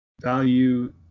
value